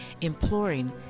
imploring